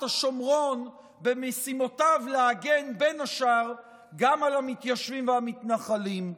השומרון במשימותיו להגן בין השאר גם על המתיישבים והמתנחלים?